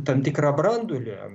tam tikrą branduolį